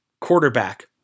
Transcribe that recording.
quarterback